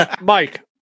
Mike